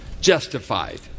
justified